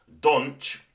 Donch